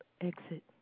exit